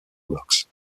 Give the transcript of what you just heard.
box